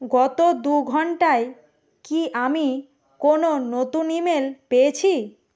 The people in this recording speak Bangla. গত দু ঘন্টায় কি আমি কোনও নতুন ইমেল পেয়েছি